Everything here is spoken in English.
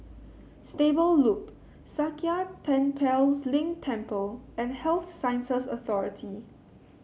Stable Loop Sakya Tenphel Ling Temple and Health Sciences Authority